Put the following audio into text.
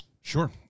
Sure